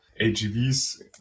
AGVs